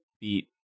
beat